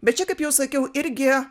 bet čia kaip jau sakiau irgi